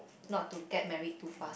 not to get married too fast